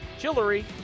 Chillery